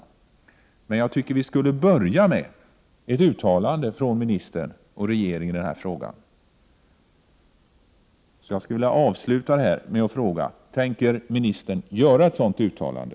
Jag tycker emellertid att vi skulle börja med ett uttalande från ministern och regeringen i den här frågan. Jag skulle vilja avsluta med att fråga om ministern tänker göra ett sådant uttalande.